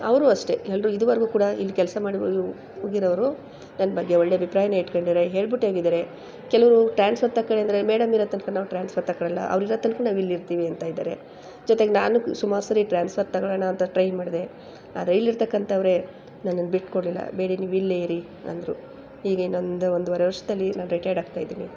ಅವರು ಅಷ್ಟೇ ಎಲ್ಲರೂ ಇದುವರೆಗೂ ಕೂಡ ಇಲ್ಲಿ ಕೆಲಸ ಮಾಡಿ ಹೋಗಿರೋರು ನನ್ನ ಬಗ್ಗೆ ಒಳ್ಳೆ ಅಭಿಪ್ರಾಯನೇ ಇಟ್ಕೊಂಡಿರೋ ಹೇಳ್ಬಿಟ್ಟು ಹೋಗಿದ್ದಾರೆ ಕೆಲವರು ಟ್ರಾನ್ಸ್ಫರ್ ತಗೊಂಡಿದ್ದಾರೆ ಮೇಡಮ್ ಇರೋ ತನಕ ನಾವು ಟ್ರಾನ್ಸ್ಫರ್ ತಗೊಳಲ್ಲ ಅವ್ರು ಇರೋ ತನಕ ನಾವು ಇಲ್ಲಿ ಇರ್ತೀವಿ ಅಂತ ಇದ್ದಾರೆ ಜೊತೆಗೆ ನಾನು ಸುಮಾರ್ಸರಿ ಟ್ರಾನ್ಸ್ಫರ್ ತಗೊಳ್ಳೋಣ ಅಂತ ಟ್ರೈ ಮಾಡಿದೆ ಆದರೆ ಇಲ್ಲಿ ಇರ್ತಕ್ಕಂಥವ್ರೇ ನನ್ನನ್ನ ಬಿಟ್ಕೊಡಲಿಲ್ಲ ಬೇಡಿ ನೀವು ಇಲ್ಲೇ ಇರಿ ಅಂದರು ಹೀಗೆ ಇನ್ನೊಂದು ಒಂದ್ವರೆ ವರ್ಷದಲ್ಲಿ ನಾನು ರಿಟೈರ್ಡ್ ಆಗ್ತಾಯಿದ್ದೀನಿ